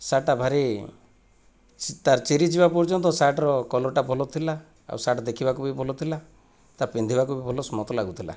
ସାର୍ଟଟା ଭାରି ତା'ର ଚିରିଯିବା ପର୍ଯ୍ୟନ୍ତ ସାର୍ଟର କଲରଟା ଭଲ ଥିଲା ଆଉ ସାର୍ଟ ଦେଖିବାକୁ ବି ଭଲଥିଲା ତା' ପିନ୍ଧିବାକୁ ବି ମଧ୍ୟ ଭଲ ସ୍ମୁଥ୍ ଲାଗୁଥିଲା